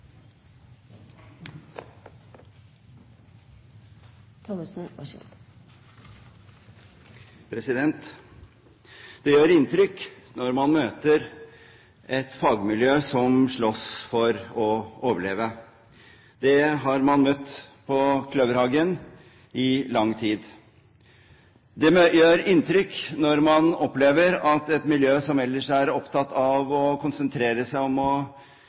Det gjør inntrykk når man møter et fagmiljø som slåss for å overleve. Det har man møtt på Kløverhagen i lang tid. Det gjør inntrykk når man opplever at et miljø som ellers er opptatt å konsentrere seg om å